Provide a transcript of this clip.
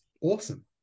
awesome